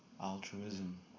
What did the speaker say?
altruism